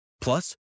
Plus